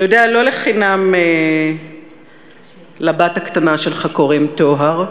אתה יודע, לא לחינם לבת הקטנה שלך קוראים טוהר.